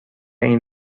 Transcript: این